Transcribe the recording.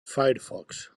firefox